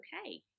okay